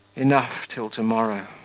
enough till to-morrow.